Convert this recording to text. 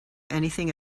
anything